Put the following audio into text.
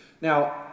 Now